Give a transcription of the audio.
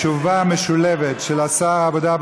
תשובה משולבת של שר העבודה,